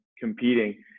competing